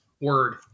Word